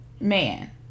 Man